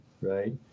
right